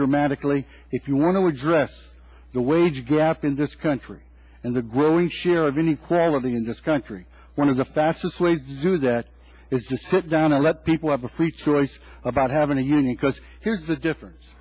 dramatically if you want to address the wage gap in this country and the growing share of inequality in this country one of the fastest way to do that is just sit down and let people have a free choice about having a unique because here's the difference